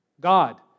God